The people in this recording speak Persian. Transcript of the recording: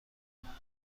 میکنند